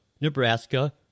Nebraska